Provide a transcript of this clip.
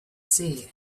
see